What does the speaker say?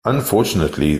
unfortunately